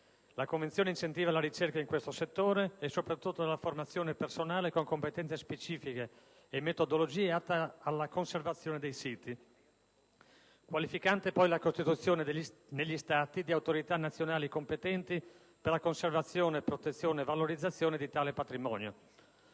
La Convenzione incentiva la ricerca in questo settore e soprattutto la formazione di personale con competenze specifiche e metodologie atte alla conservazione dei siti. Qualificante è poi la costituzione negli Stati di autorità nazionali competenti per la conservazione, la protezione e la valorizzazione di tale patrimonio.